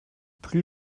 plus